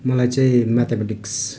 मलाई चाहिँ मेथामेटिक्स